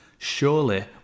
surely